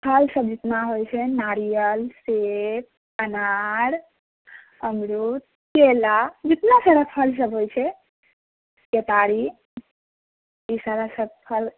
फलसभ जितना होइत छै नारियल सेब अनार अमरूद केरा जितना सारा फलसभ होइत छै केतारी ई सारा सभफल